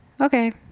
Okay